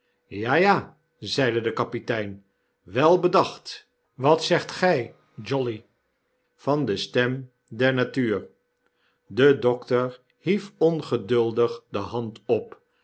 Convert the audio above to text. ja ja zeide de kapitein wel bedacht wat zegt gij jolly van de stem der natuur de dokter hief ongeduldig de hand op